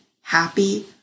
happy